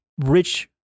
rich